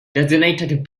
designated